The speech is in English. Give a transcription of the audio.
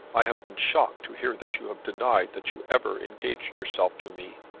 i have been shocked to hear that you have denied that you ever engaged yourself to me.